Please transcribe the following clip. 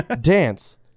Dance